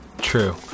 True